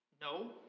no